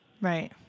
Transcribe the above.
right